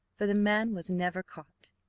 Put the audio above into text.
for the man was never caught.